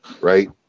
right